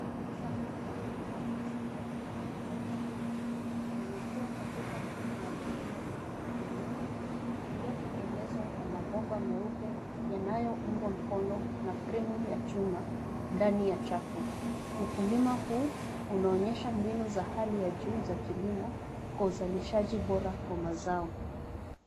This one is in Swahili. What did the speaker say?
Safu za mimea ya saladi ya kijani kibichi yanakua katika mfumo wa kilimo cha haidroponiki uliyotengenezwa kwa mabomba meupe yanayo ungwa mkono na framu ya chuma ndani ya chafu. Ukulima huu unaonyesha mbinu za hali ya juu za kilimo kwa uzalishaji bora wa mazao.